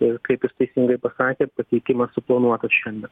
ir kaip jūs teisingai pasakėt pateikimas suplanuotas šiandien